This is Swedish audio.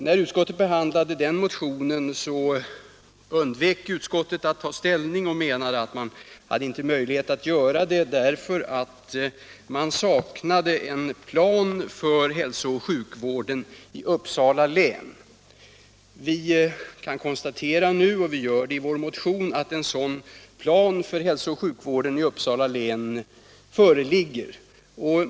När utskottet behandlade den motionen undvek utskottet att ta ställning och menade att man inte hade möjlighet att göra det därför att man saknade en plan för hälsooch sjukvården i Uppsala län. Vi kan nu konstatera, och det gör vi i vår motion, att en sådan plan för hälsooch sjukvården i Uppsala län föreligger.